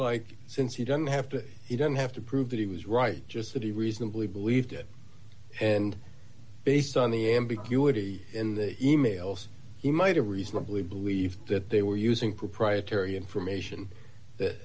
like since he doesn't have to he don't have to prove that he was right just that he reasonably believed it and based on the ambiguity in the e mails he might have reasonably believed that they were using proprietary information that